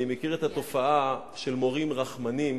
אני מכיר את התופעה של מורים רחמנים